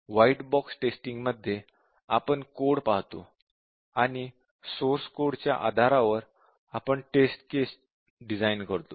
white box testing मध्ये आपण code पाहतो आणि सोर्सकोड च्या आधारावर आपण टेस्ट केस ची डिझाईन करतो